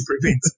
prevent